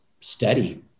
steady